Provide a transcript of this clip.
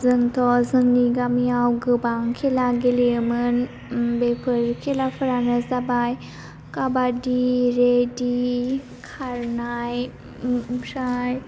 जोंथ' जोंनि गामियाव गोबां खेला गेलेयोमोन बेफोर खेलाफोरानो जाबाय खाबादि रेडि खारनाय ओमफ्राय